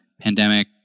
pandemic